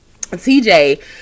TJ